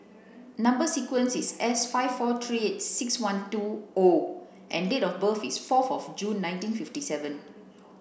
number sequence is S five four three eight six one two O and date of birth is forth of June nineteen fifity seven